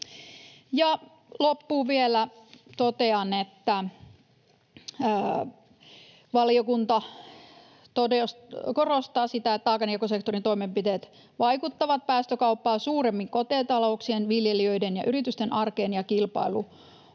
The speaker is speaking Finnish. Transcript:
loppuun vielä totean, että valiokunta korostaa sitä, että taakanjakosektorin toimenpiteet vaikuttavat päästökauppaa suuremmin kotitalouksien, viljelijöiden ja yritysten arkeen ja kilpailukykyyn